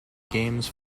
games